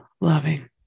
loving